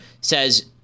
says